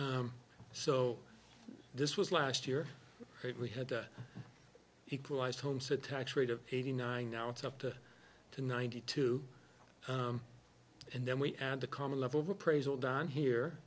so this was last year we had equalised homestead tax rate of eighty nine now it's up to to ninety two and then we add the common level of appraisal down here